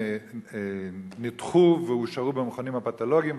נותחו והושארו במכונים הפתולוגיים,